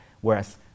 whereas